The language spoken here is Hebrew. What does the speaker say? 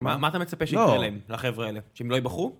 מה אתה מצפה שנקרא להם, לחבר'ה האלה? שהם לא יבחרו?